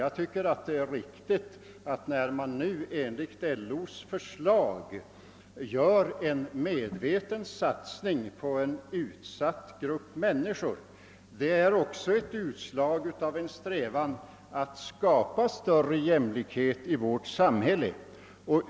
Jag tycker att det är riktigt att nu enligt LO:s förslag göra en medveten satsning på en utsatt grupp människor såsom ett utslag av strävandena att skapa större jämlikhet i vårt samhälle.